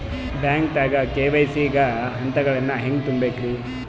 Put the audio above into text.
ಬ್ಯಾಂಕ್ದಾಗ ಕೆ.ವೈ.ಸಿ ಗ ಹಂತಗಳನ್ನ ಹೆಂಗ್ ತುಂಬೇಕ್ರಿ?